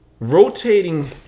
Rotating